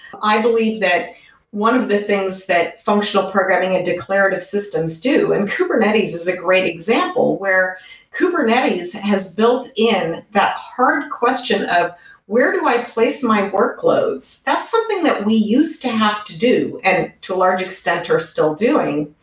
i believe that one of the things that functional programming and declarative systems do, and kubernetes is a great example, where kubernetes has built in that hard question of where do i place my workloads. that's something that we used to have to do to, and to large extent are still doing.